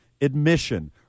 admission